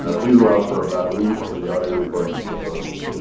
ah please allow for about a week for the audio recording to be posted.